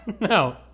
no